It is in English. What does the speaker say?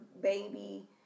baby